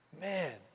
man